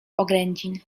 oględzin